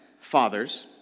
fathers